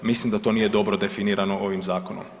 Mislim da to nije dobro definirano ovim zakonom.